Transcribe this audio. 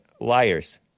liars